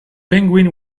penguin